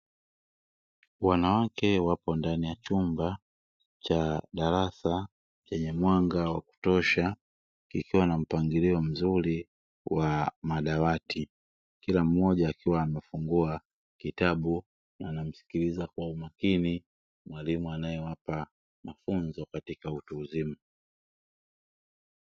Wanawake wapo ndani ya chumba cha darasa lenye mwanga wa kutosha ikiwa na mpangilio mzuri wa madawati, kila mmoja akiwa amefungua kitabu cha pemba hii ni mwalimu anayemfaa mafunzo katika utu uzima.